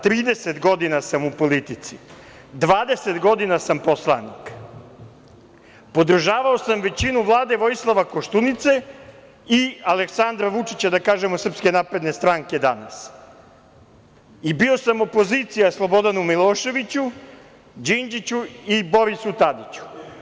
Trideset godina sam u politici, 20 godina sam poslanik, podržavao sam većinu Vlade Vojislava Koštunice i Aleksandra Vučića, da kažemo SNS danas, i bio sam opozicija Slobodanu Miloševiću, Đinđiću i Borisu Tadiću.